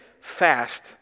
fast